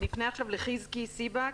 נפנה לחיזקי סיבק,